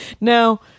Now